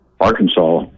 Arkansas